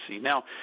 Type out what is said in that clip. Now